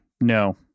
no